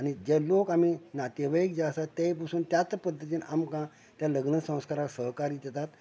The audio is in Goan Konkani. आनी जे लोक आमी नातेवाईक जे आसा तें पसून त्याच पद्दतीन आमकां तें लग्न संस्काराक सहकार्य करतात